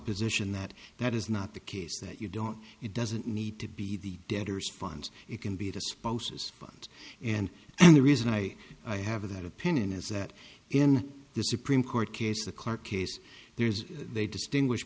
position that that is not the case that you don't it doesn't need to be the debtors funds it can be the spouse's fund and and the reason i have that opinion is that in the supreme court case the court case there is they distinguish